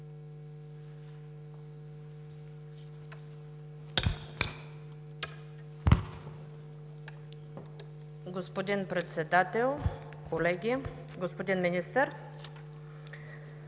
Госпожо Председател, колеги! Господин министър,